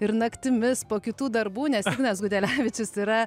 ir naktimis po kitų darbų nes ignas gudelevičius yra